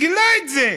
גילה את זה.